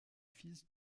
fils